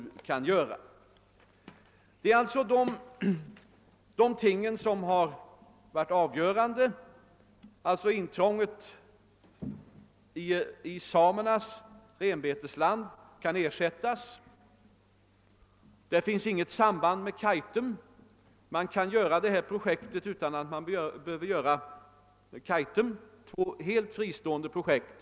Det är dessa omständigheter som har varit avgörande. Intrånget i samernas renbetesland kan kompenseras. Det finns inget samband med Kaitum. Man kan genomföra Ritsemprojektet utan att behöva bygga ut Kaitum; det rör sig om två helt fristående projekt.